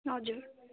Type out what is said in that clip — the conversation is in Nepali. हजुर